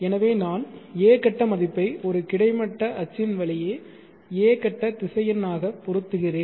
எனவே நான் a கட்ட மதிப்பை ஒரு கிடைமட்ட அச்சின் வழியே a கட்ட திசையெண் ஆகப் பொருத்துகிறேன்